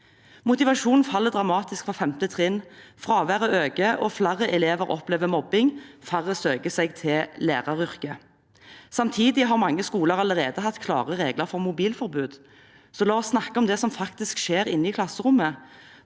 Motivasjonen faller dramatisk fra 5. trinn, fraværet øker, flere elever opplever mobbing, og færre søker seg til læreryrket. Samtidig har mange skoler allerede hatt klare regler for mobilforbud, så la oss snakke om det som faktisk skjer inne i klasserommet.